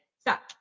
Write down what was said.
stop